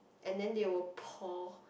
and then they will pour